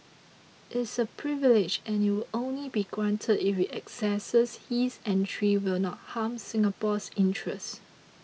it's a privilege and it will only be granted if we assess his entry will not harm Singapore's interest